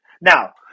Now